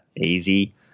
easy